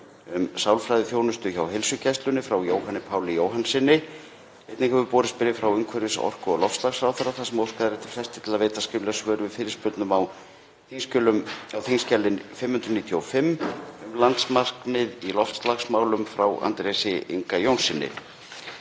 um sálfræðiþjónustu hjá heilsugæslunni, frá Jóhanni Páli Jóhannssyni. Einnig hefur borist bréf frá umhverfis-, orku- og loftslagsráðherra þar sem óskað er eftir fresti til þess að veita skrifleg svör við fyrirspurnum á þskj. 595, um landsmarkmið í loftslagsmálum, frá Andrési Inga Jónssyni.